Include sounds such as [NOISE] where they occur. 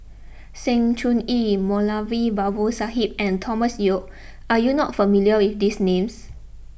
Sng Choon Yee Moulavi Babu Sahib and Thomas Yeo [NOISE] are you not familiar with these names